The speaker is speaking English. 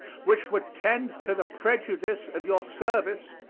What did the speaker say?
which would tend to the prejudice of your service,